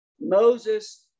moses